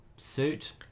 suit